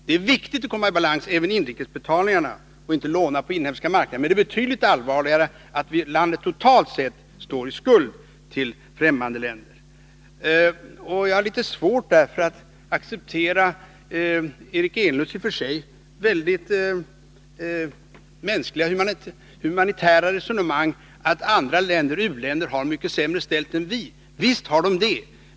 Det är viktigt att komma i balans även i fråga om de inrikes betalningarna och inte låna på den inhemska marknaden, men det är betydligt allvarligare att landet totalt sett står i skuld till fftämmande länder. Jag har därför litet svårt att acceptera Eric Enlunds i och för sig humanitära resonemang att u-länderna har det mycket sämre ställt än vi.